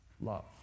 Love